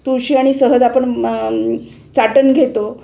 तुळशी आणि सहज आपण चाटण घेतो